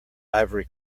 ivory